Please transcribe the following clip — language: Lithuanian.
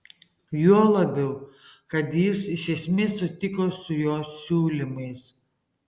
juo labiau kad jis iš esmės sutiko su jo siūlymais